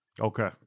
Okay